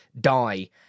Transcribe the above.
die